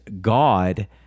God